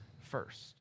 first